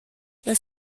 las